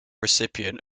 recipient